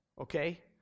Okay